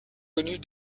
connut